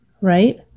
Right